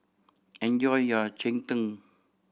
enjoy your cheng tng